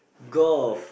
golf